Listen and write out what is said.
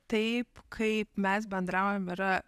taip kaip mes bendraujam yra